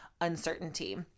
uncertainty